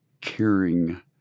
caring